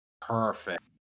Perfect